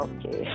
Okay